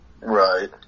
Right